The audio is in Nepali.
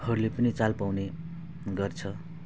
हरूले पनि चाल पाउने गर्छ